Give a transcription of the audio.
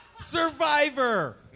Survivor